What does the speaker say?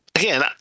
Again